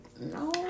no